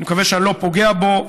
אני מקווה שאני לא פוגע בו,